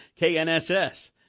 KNSS